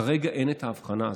כרגע אין את ההבחנה הזאת,